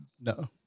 no